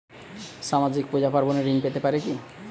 সামাজিক পূজা পার্বণে ঋণ পেতে পারে কি?